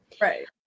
Right